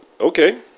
okay